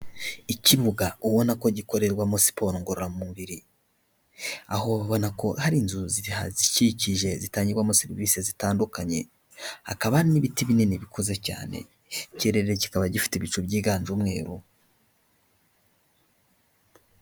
Ikibuga ubona ko gikorerwamo siporo ngororamubiri, aho ubona ko hari inzu zihazikikije zitangirwamo serivisi zitandukanye, hakaba hari n'ibiti binini bikuze cyane, ikirere kikaba gifite ibicu byiganje umweru.